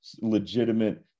legitimate